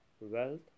wealth